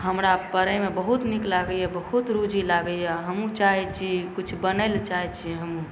हमरा पढ़ैमे बहुत नीक लागैए बहुत रुचि लागैए हमहूँ चाहै छी किछु बनैलए चाहै छी हमहूँ